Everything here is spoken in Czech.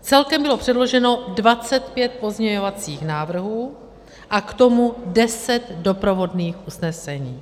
Celkem bylo předloženo 25 pozměňovacích návrhů a k tomu 10 doprovodných usnesení.